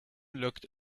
looked